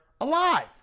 alive